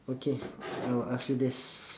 okay I will ask you this